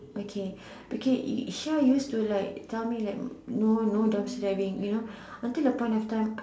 okay okay here use to like tell me like no no dumpster diving until a point of time